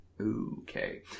Okay